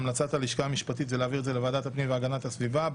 המלצת הלשכה המשפטית היא להעביר את זה לוועדת הפנים והגנת הסביבה.